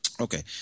Okay